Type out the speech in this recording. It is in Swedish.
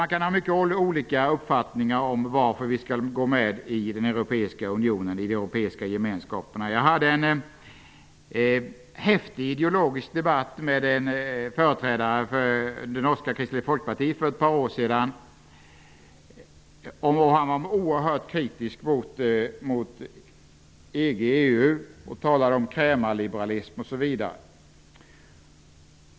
Vi kan ha olika uppfattningar om varför vi skall gå med i den europeiska unionen EU. Han talade om krämarliberalism osv.